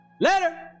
later